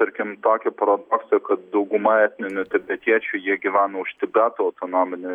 tarkim tokį paradoksą kad dauguma etninių tibetiečių jie gyvena už tibeto autonominio